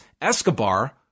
Escobar